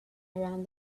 around